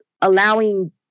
allowing